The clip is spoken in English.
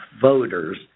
voters